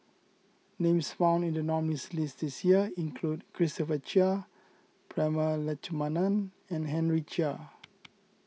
names found in the nominees' list this year include Christopher Chia Prema Letchumanan and Henry Chia